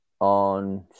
on